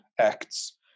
acts